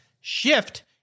Shift